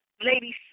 ladies